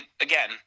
again